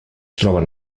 troben